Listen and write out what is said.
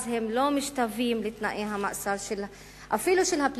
אז הם לא משתווים אפילו לתנאי המאסר של הפליליים,